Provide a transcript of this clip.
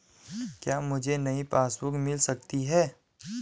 क्या मुझे नयी पासबुक बुक मिल सकती है?